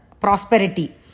prosperity